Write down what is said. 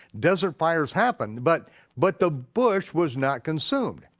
desert fires happened. but but the bush was not consumed,